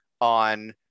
on